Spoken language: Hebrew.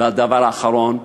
והדבר האחרון,